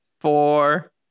four